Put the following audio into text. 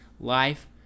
life